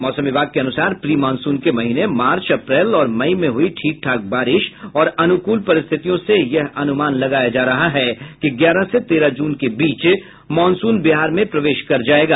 मौसम विभाग के अनुसार प्री मॉनसून के महीने मार्च अप्रैल और मई में हुयी ठीक ठाक बारिश और अनुकूल परिस्थितियों से यह अनुमान लगाया जा रहा है कि ग्यारह से तेरह जून के बीच मॉनसून बिहार में प्रवेश कर जायेगा